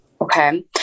okay